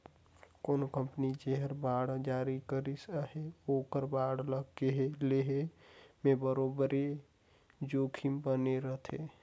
कोनो कंपनी जेहर बांड जारी करिस अहे ओकर बांड ल लेहे में बरोबेर जोखिम बने रहथे